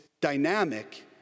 dynamic